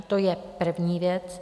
To je první věc.